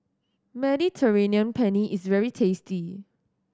Mediterranean Penne is very tasty